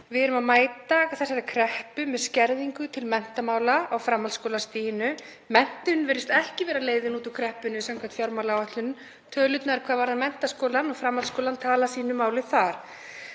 Við erum að mæta þessari kreppu með skerðingu til menntamála á framhaldsskólastiginu. Menntun virðist ekki vera leiðin út úr kreppunni samkvæmt fjármálaáætlun og tölurnar hvað varðar menntaskólann og framhaldsskólann tala sínu máli þar.